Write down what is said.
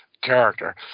character